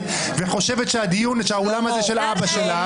וחושבת שהדיון ושהאולם הזה של אבא שלה,